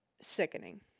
sickening